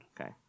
Okay